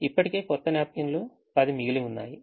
ఇప్పటికే కొత్త 10 న్యాప్కిన్లు మిగిలి ఉన్నాయి